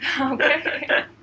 Okay